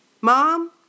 Mom